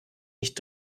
nicht